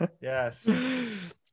yes